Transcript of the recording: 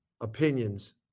opinions